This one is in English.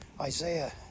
Isaiah